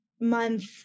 month